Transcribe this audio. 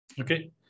okay